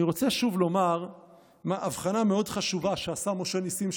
אני רוצה שוב לומר הבחנה מאוד חשובה שעשה משה נסים,